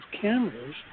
Cameras